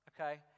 okay